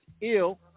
ill